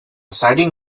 siding